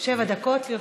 שבע דקות לרשותך.